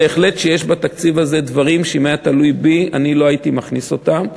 בהחלט יש בתקציב הזה דברים שאם היה תלוי בי לא הייתי מכניס אותם,